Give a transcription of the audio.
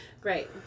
Great